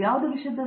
professor